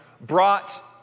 brought